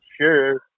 sure